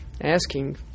asking